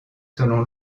selon